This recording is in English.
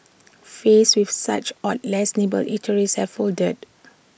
faced with such odds less nimble eateries have folded